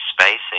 spacing